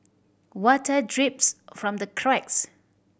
water drips from the cracks